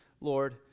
lord